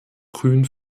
grün